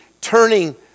turning